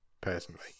Personally